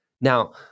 Now